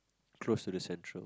close to the central